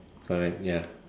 correct ya